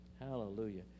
Hallelujah